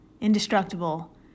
indestructible